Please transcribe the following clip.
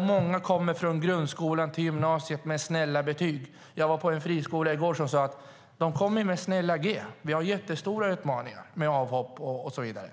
Många kommer från grundskolan till gymnasiet med snälla betyg. Jag var på en friskola i går där man sade: De kommer med snälla G! Vi har jättestora utmaningar med avhopp och så vidare.